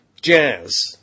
Jazz